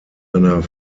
einer